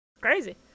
Crazy